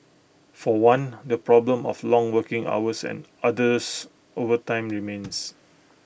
for one the problem of long working hours and arduous overtime remains